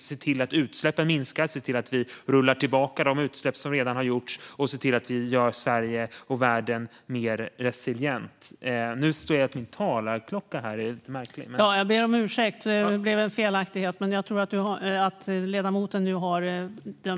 Vi måste se till att utsläppen minskar, det vill säga rulla tillbaka de utsläpp som redan har skett, och vi måste se till att göra Sverige och världen mer resilient. Fru talman!